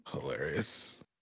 Hilarious